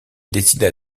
décida